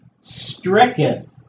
Stricken